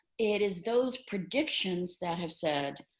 it is those predictions that have said,